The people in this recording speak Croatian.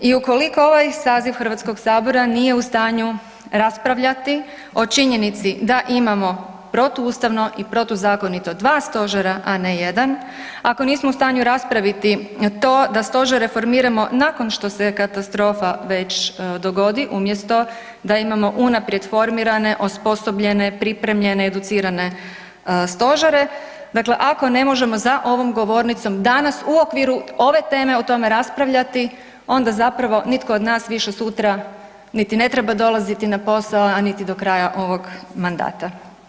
I ukoliko ovaj saziv Hrvatskoga sabora nije u stanju raspravljati o činjenici da imamo protuustavno i protuzakonito dva stožera a ne jedan, ako nismo u stanju raspraviti to da stožere formiramo nakon što se katastrofa već dogodi umjesto da imamo unaprijed formirane, osposobljene, pripremljene, educirane stožere dakle, ako ne možemo za ovom govornicom danas u okviru ove teme o tome raspravljati onda zapravo nitko od nas više sutra niti ne treba dolaziti na posao, a niti do kraja ovoga mandata.